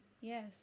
yes